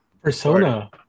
Persona